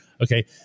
Okay